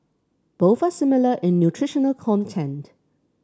both are similar in nutritional content